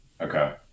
okay